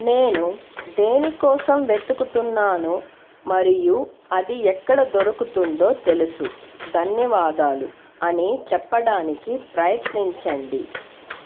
నేను దేని కోసం వెతుకుతున్నానో మరియు అది ఎక్కడ దొరుకుతుందో తెలుసు ధన్యవాదాలు అని చెప్పడానికి ప్రయత్నించండి